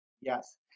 Yes